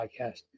podcast